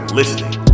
listening